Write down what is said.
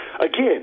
Again